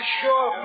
sure